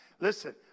Listen